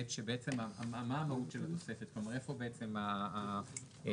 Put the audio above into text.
כי בעצם מה המהות של התוספת ואיפה כאן הקושי?